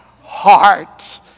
heart